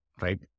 Right